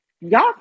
y'all